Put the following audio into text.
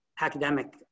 academic